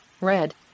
red